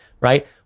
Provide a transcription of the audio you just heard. Right